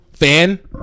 Fan